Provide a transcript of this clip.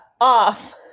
off